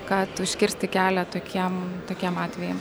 kad užkirsti kelią tokiem tokiem atvejam